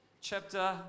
chapter